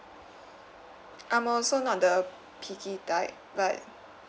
I'm also not the picky type but